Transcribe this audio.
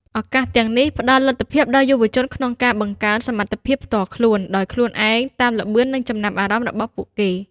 ឱកាសទាំងនេះ ផ្តល់លទ្ធភាពដល់យុវជនក្នុងការបង្កើនសមត្ថភាពផ្ទាល់ខ្លួនដោយខ្លួនឯង តាមល្បឿន និងចំណាប់អារម្មណ៍របស់ពួកគេ។